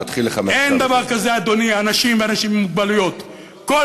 אני מתחיל לך מעכשיו את הזמן.